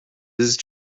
his